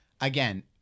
again